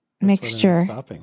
mixture